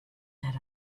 that